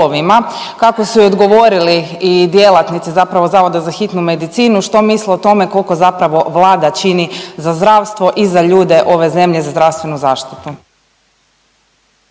kako su joj odgovorili i djelatnici zapravo Zavoda za hitnu medicinu što misle o tome koliko zapravo valda čini za zdravstvo i za ljude ove zemlje, za zdravstvenu zaštitu.